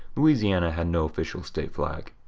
louisiana had no official state flag.